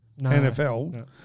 nfl